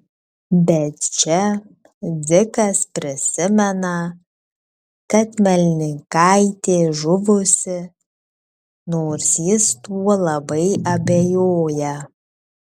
bet čia dzikas prisimena kad melnikaitė žuvusi nors jis tuo labai abejoja